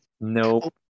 nope